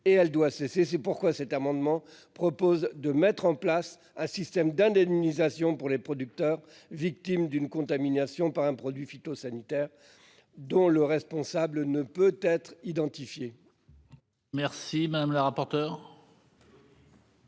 et elle doit cesser c'est pourquoi cet amendement propose de mettre en place un système d'indemnisation pour les producteurs, victimes d'une contamination par un produit phytosanitaire. Dont le responsable ne peut être identifié. Merci madame la rapporteure.